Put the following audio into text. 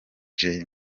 joy